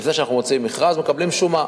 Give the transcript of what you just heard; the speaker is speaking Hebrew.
לפני שאנחנו מוציאים מכרז, מקבלים שומה.